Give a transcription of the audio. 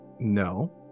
no